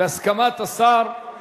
השר אמר